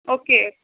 okay